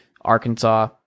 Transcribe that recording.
Arkansas